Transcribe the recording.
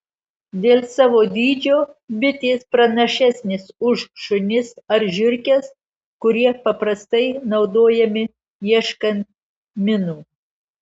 dėl savo dydžio bitės pranašesnės už šunis ar žiurkes kurie paprastai naudojami ieškant minų